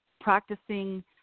practicing